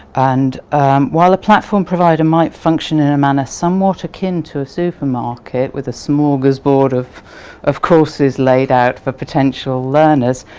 and while a platform provider might function in a manner somewhat akin to a supermarket with a smorgasbord of of courses laid out for potential learners,